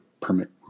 permit